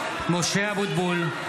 אבוטבול,